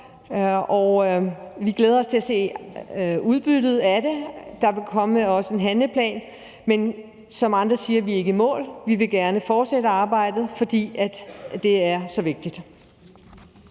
vi glæder os til at se udbyttet af det. Der vil også komme en handleplan, men som andre siger, er vi ikke i mål. Vi vil gerne fortsætte arbejdet, fordi det er så vigtigt.